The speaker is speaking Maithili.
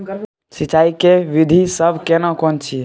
सिंचाई के विधी सब केना कोन छिये?